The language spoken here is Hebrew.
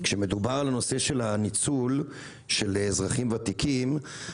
כשמדובר על הנושא של הניצול של אזרחים ותיקים,